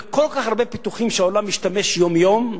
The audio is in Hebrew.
בכל כך הרבה פיתוחים שהעולם משתמש יום-יום,